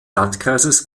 landkreises